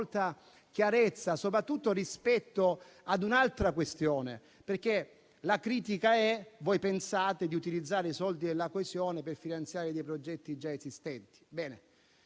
chiarezza, soprattutto rispetto ad un'altra questione. La critica è: voi pensate di utilizzare i soldi della coesione per finanziare dei progetti già esistenti.